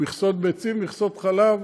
מכסות ביצים, מכסות חלב.